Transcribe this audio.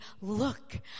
look